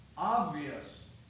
Obvious